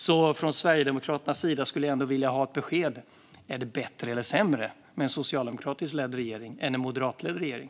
Jag skulle vilja ha ett besked från Sverigedemokraternas sida om det är bättre eller sämre med en socialdemokratiskt ledd regering än med en moderatledd regering?